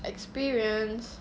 experience